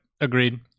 agreed